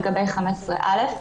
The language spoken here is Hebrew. לגבי 15(א).